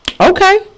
Okay